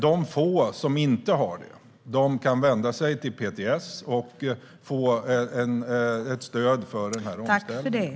De få som inte har det kan vända sig till PTS för att få stöd för omställningen.